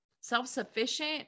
self-sufficient